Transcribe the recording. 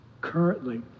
currently